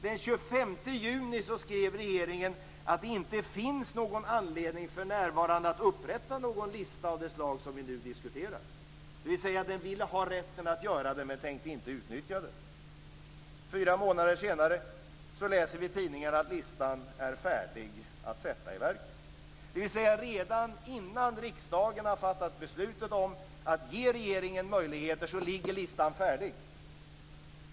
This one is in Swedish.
Den 25 juni skrev regeringen att det inte finns någon anledning för närvarande att upprätta någon lista av det slag som vi nu diskuterar. Regeringen ville alltså ha rätten att göra detta men tänkte inte utnyttja den. Fyra månader senare läser vi i tidningarna att listan är färdig att sätta i verket. Redan innan riksdagen har fattat beslutet om att ge regeringen denna möjlighet ligger alltså listan färdig.